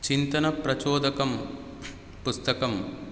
चिन्तनप्रचोदकं पुस्तकं